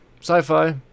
Sci-fi